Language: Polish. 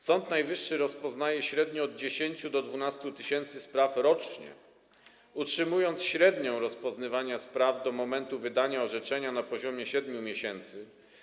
Sąd Najwyższy rozpoznaje średnio od 10 do 12 tys. spraw rocznie, utrzymując średni czas rozpoznawania spraw do momentu wydania orzeczenia na poziomie 7 miesięcy.